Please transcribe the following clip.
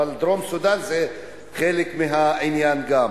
אבל דרום-סודן זה חלק מהעניין גם.